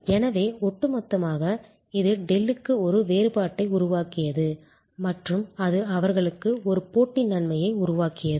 எனவே ஒட்டுமொத்தமாக இது டெல்லுக்கு ஒரு வேறுபாட்டை உருவாக்கியது மற்றும் அது அவர்களுக்கு ஒரு போட்டி நன்மையை உருவாக்கியது